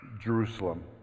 Jerusalem